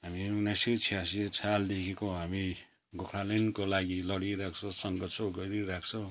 हामी उन्नाइस सय छ्यासी सालदेखिको हामी गोर्खाल्यान्डको लागि लडिरहेका छौँ सङ्घर्ष गरिरहेका छौँ